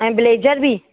ऐं ब्लेजर बि